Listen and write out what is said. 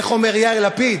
איך אומר יאיר לפיד?